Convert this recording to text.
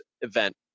event